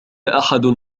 أحد